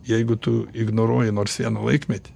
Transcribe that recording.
jeigu tu ignoruoji nors vieną laikmetį